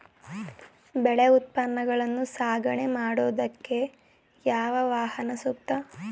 ಬೆಳೆ ಉತ್ಪನ್ನಗಳನ್ನು ಸಾಗಣೆ ಮಾಡೋದಕ್ಕೆ ಯಾವ ವಾಹನ ಸೂಕ್ತ?